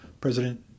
President